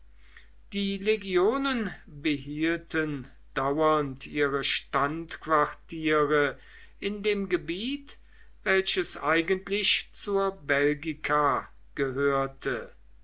die legionen behielten dauernd ihre standquartiere in dem gebiet welches eigentlich zur belgica gehörte